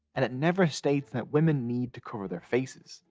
and it never states that women need to cover their faces.